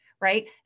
right